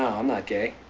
i'm not gay.